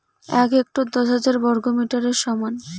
এক হেক্টর দশ হাজার বর্গমিটারের সমান